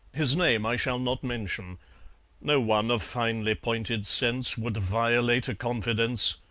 his name i shall not mention no one of finely-pointed sense would violate a confidence,